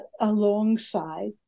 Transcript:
alongside